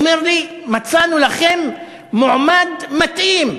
הוא אומר לי: מצאנו לכם מועמד מתאים,